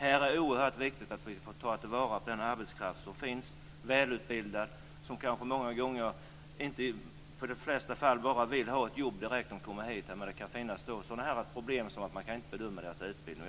Det är oerhört viktigt att vi tar till vara den arbetskraft som finns och som är välutbildad. Dessa människor vill i de flesta fall bara ha ett jobb direkt som de kommer hit. Men det kan finnas problem med att man inte kan bedöma deras utbildning.